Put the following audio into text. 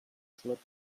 slip